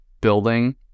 building